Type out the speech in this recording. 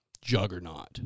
juggernaut